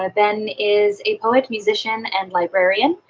ah ben is a poet, musician and librarian.